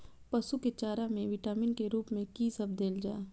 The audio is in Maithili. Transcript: पशु के चारा में विटामिन के रूप में कि सब देल जा?